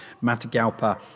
Matagalpa